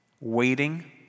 Waiting